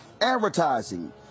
advertising